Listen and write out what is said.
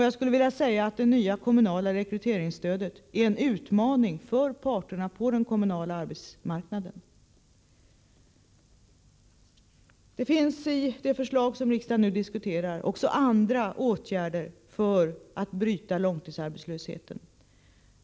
Jag skulle vilja säga att det nya kommunala rekryteringsstödet är en utmaning för parterna på den kommunala arbetsmarknaden. I det förslag som riksdagen nu diskuterar ingår också andra åtgärder för att bryta långtidsarbetslösheten.